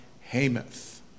Hamath